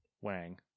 wang